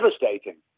devastating